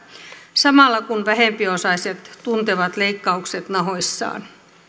samalla kun vähempiosaiset tuntevat leikkaukset nahoissaan